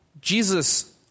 Jesus